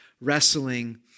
wrestling